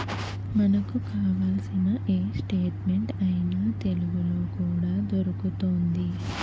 మనకు కావాల్సిన ఏ స్టేట్మెంట్ అయినా తెలుగులో కూడా దొరుకుతోంది